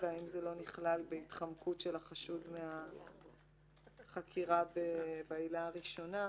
והאם זה לא נכלל בהתחמקות של החשוד מהחקירה בעילה הראשונה.